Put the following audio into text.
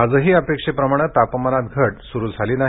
आजही अपेक्षेप्रमाणे तापमानात घट सूर झाली नाही